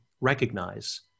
recognize